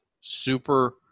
super